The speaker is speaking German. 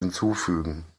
hinzufügen